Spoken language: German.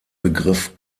begriff